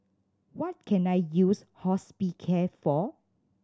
what can I use Hospicare for